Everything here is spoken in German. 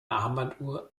armbanduhr